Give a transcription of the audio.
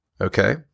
Okay